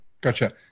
Gotcha